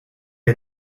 had